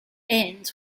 end